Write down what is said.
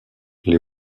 les